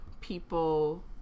people